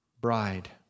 bride